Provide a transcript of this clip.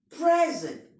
present